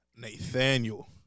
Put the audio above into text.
Nathaniel